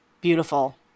Beautiful